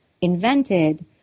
invented